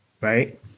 right